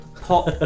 pop